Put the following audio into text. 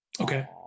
Okay